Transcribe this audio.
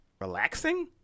relaxing